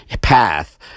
path